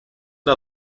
una